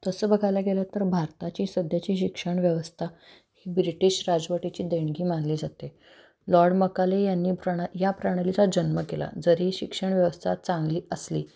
तसं बघायला गेलं तर भारताची सध्याची शिक्षण व्यवस्था ही ब्रिटिश राजवटीची देणगी मानली जाते लॉड मकाले यांनी प्रणा या प्रणालीचा जन्म केला जरी शिक्षण व्यवस्था चांगली असली